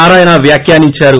నారాయణ వ్యాఖ్యానించారు